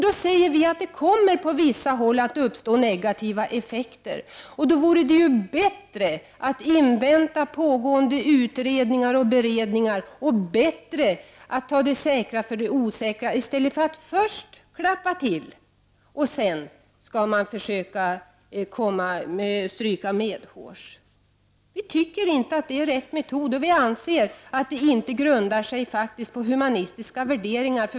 Då säger vi att det kommer på vissa håll att uppstå negativa effekter, och då vore det bättre att invänta pågående utredningar och beredningar och ta det säkra för det osäkra i stället för att först klappa till och sedan försöka stryka medhårs. Vi tycker inte att det är rätt metod, och vi anser att det inte grundar sig på humana värderingar.